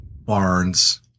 Barnes